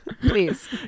please